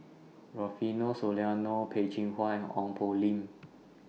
Rufino Soliano Peh Chin Hua and Ong Poh Lim